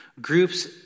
Groups